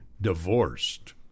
divorced